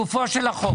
ולגופן של התקנות.